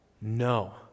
No